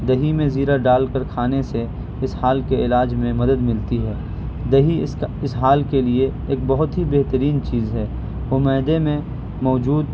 دہی میں زیرہ ڈال کر کھانے سے اسہال کے علاج میں مدد ملتی ہے دہی اسہال کے لیے ایک بہت ہی بہترین چیز ہے وہ معدے میں موجود